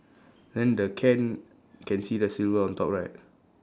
and the can can see the silver on top right